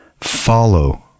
follow